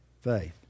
faith